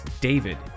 David